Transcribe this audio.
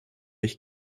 ich